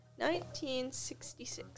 1966